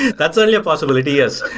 that's only a possibility. yes.